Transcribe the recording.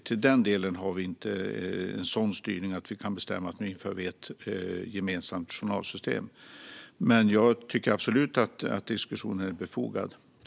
Vi har inte en sådan styrning att regeringen kan bestämma att vi ska införa ett gemensamt journalsystem, men jag tycker absolut att diskussionen är befogad.